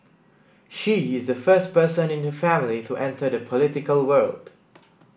she is the first person in her family to enter the political world